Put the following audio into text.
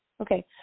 okay